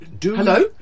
Hello